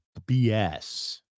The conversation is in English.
BS